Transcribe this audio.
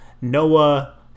Noah